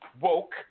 woke